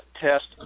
test